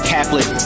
Catholic